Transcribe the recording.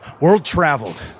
world-traveled